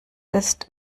ist